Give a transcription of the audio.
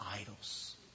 idols